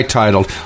titled